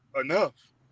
enough